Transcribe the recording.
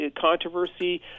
controversy